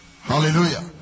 Hallelujah